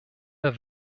der